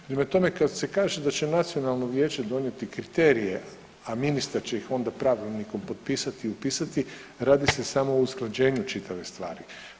Prema tome, kad se kaže da će Nacionalno vijeće donijeti kriterije, a ministar će ih onda pravilnikom potpisati i upisati radi se samo o usklađenju čitave stvari.